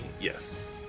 Yes